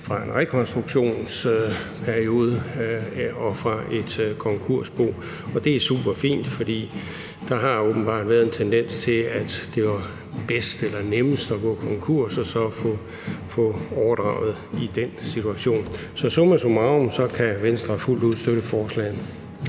i en rekonstruktionsperiode, som når man gør det fra et konkursbo. Det er super fint, for der har åbenbart været en tendens til, at det var bedst eller nemmest at gå konkurs og så få overdraget i den situation. Summa summarum kan Venstre fuldt ud støtte forslaget.